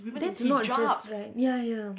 that's not just right ya ya